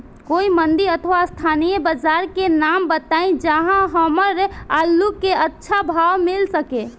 कोई मंडी अथवा स्थानीय बाजार के नाम बताई जहां हमर आलू के अच्छा भाव मिल सके?